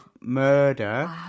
murder